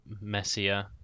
messier